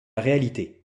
réalité